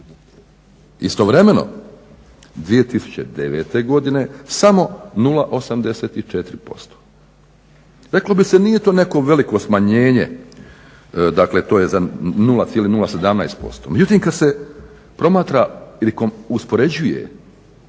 Istovremeno 2009. godine samo 0,84%. Reklo bi se nije to neko veliko smanjenje, dakle to je za 0,017%. Međutim, kad se promatra ili uspoređuje